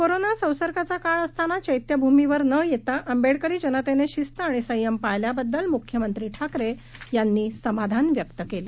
कोरोनासंसर्गाचाकाळअसतानाचैत्यभूमिवरनयेताआंबेडकरीजनतेनंशिस्तआणिसंयमपाळल्या बददलम्ख्यमंत्रीठाकरेयांनीसमाधानव्यक्तकेलं